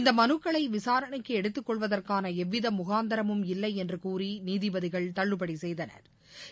இந்த மலுக்களை விசாரணைக்கு எடுத்துக் கொள்வதற்கான எந்தவித முகாந்திரமும் இல்லை என்று கூறி நீதிபதிகள் தள்ளுபடி செய்தனா்